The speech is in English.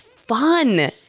fun